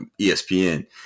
ESPN